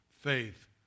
faith